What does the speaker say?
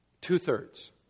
Two-thirds